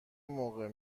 موقع